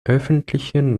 öffentlichen